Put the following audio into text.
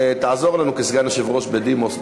תעזור לנו כסגן יושב-ראש בדימוס,